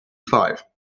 five